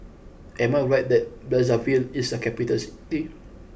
am I right that Brazzaville is a capital city